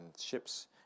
ships